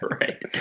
Right